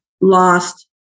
lost